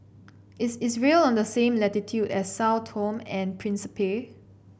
is Israel on the same latitude as Sao Tome and Principe